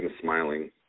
smiling